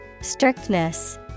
Strictness